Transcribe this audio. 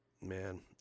man